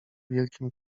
wielkim